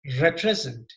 represent